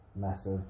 massive